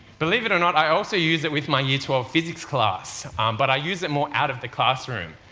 believe it or not i also use it with my year twelve physics class but i use it more out of the classroom.